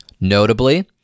Notably